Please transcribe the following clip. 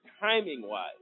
Timing-wise